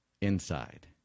Inside